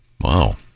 wow